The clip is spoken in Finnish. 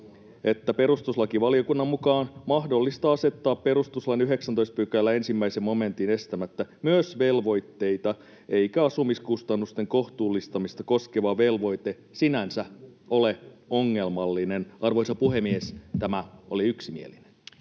että perustuslakivaliokunnan mukaan on ”mahdollista asettaa perustuslain 19 §:n 1 momentin estämättä myös velvoitteita, eikä asumiskustannusten kohtuullistamista koskeva velvoite sinänsä ole ongelmallinen”. Arvoisa puhemies, tämä oli yksimielinen.